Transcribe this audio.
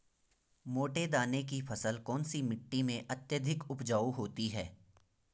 मोटे दाने की फसल कौन सी मिट्टी में अत्यधिक उपजाऊ होती है?